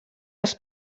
les